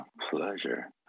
pleasure